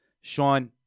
Sean